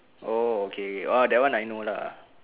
oh okay okay uh that one I know lah